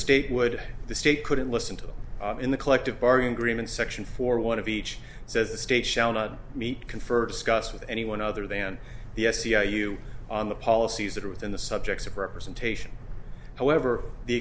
state would the state couldn't listen to in the collective bargaining agreement section for one of each says the state shall not meet confer discuss with anyone other than the sci you on the policies that are within the subjects of representation however the